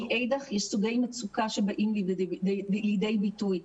מאידך, יש סוגי מצוקה שבאים לידי ביטוי.